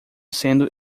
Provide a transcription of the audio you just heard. sendo